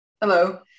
Hello